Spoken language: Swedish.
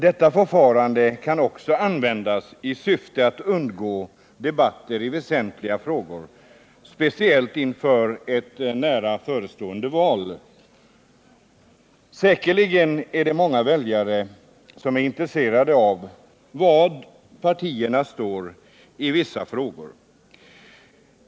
Detta förfarande kan också användas i syfte att undgå debatt i väsentliga frågor speciellt inför ett nära förestående val. Säkerligen är många väljare intresserade av var de olika partierna står i vissa frågor.